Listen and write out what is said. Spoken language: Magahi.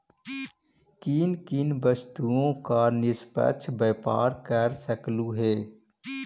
किन किन वस्तुओं का निष्पक्ष व्यापार कर सकलू हे